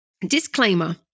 disclaimer